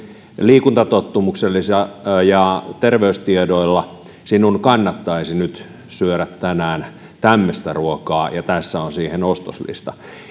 liikuntatottumuksillasi ja terveystiedoillasi sinun kannattaisi nyt syödä tänään tämmöistä ruokaa ja tässä on siihen ostoslista